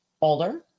older